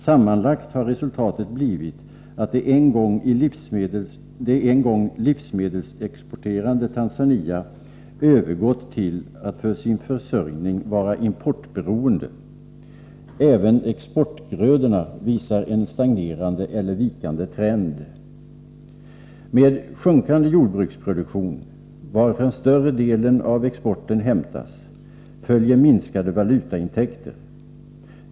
Sammanlagt har resultatet blivit att det en gång livsmedelsexporterande Tanzania övergått till att för sin försörjning vara importberoende. Även exportgrödorna visar en stagnerande eller vikande trend. Med sjunkande jordbruksproduktion, varifrån större delen av exporten hämtas, följer minskade valutaintäkter.